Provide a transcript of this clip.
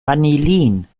vanillin